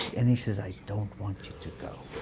and he says i don't want you to go.